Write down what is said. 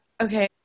okay